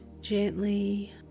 gently